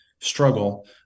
struggle